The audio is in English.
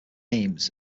names